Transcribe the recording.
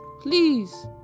please